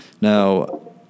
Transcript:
Now